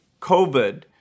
COVID